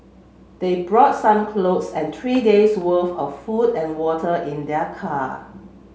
they brought some clothes and three days worth of food and water in their car